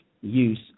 use